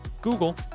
Google